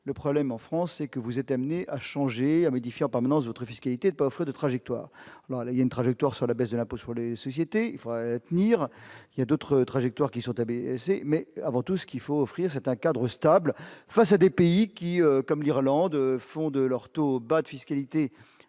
le problème en France c'est que vous êtes amené à changer et à modifier en permanence votre fils qui a été parfois de trajectoire, alors là il y a une trajectoire sur la baisse de l'impôt sur les sociétés, il faut maintenir, il y a d'autres trajectoire qui sont abaissées mais avant tout ce qu'il faut offrir un cadre stable face à des pays qui, comme l'Irlande font de leurs taux bas de fiscalité,